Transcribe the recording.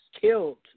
killed